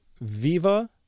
Viva